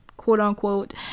quote-unquote